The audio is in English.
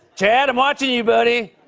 chad, i'm onto you, buddy.